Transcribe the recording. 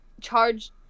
charge